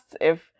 if-